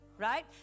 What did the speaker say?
Right